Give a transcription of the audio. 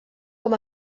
com